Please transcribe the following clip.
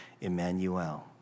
Emmanuel